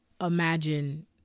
imagine